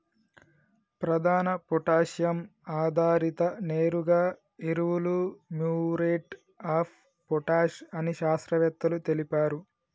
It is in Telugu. ప్రధాన పొటాషియం ఆధారిత నేరుగా ఎరువులు మ్యూరేట్ ఆఫ్ పొటాష్ అని శాస్త్రవేత్తలు తెలిపారు